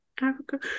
Africa